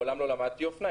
מעולם לא למדתי אופנה,